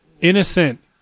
innocent